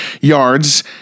yards